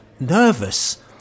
Nervous